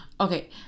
Okay